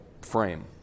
frame